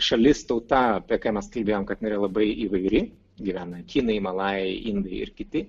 šalis tauta apie ką mes kalbėjom kad jinai yra labai įvairi gyvena kinai malajai indai ir kiti